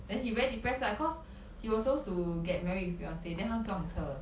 then he very depressed lah because he was supposed to get married with fiance then 他撞车